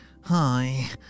Hi